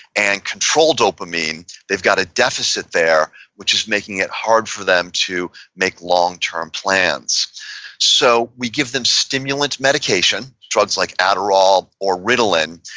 and control dopamine. they've got a deficit there which is making it harder for them to make long-term plans so, we give them stimulant medication, drugs like adderall or ritalin,